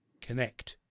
connect